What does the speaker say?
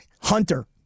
Hunter